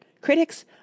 Critics